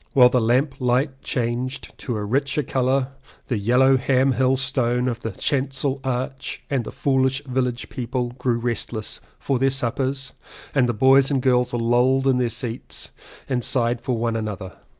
while the lamp light changed to a richer colour the yellow ham hill stone of the chancel arch and the foolish village people grew restless for their suppers and the boys and girls lolled in their seats and sighed for one another.